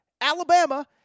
Alabama